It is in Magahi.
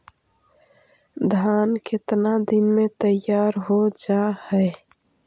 धान केतना दिन में तैयार हो जाय है?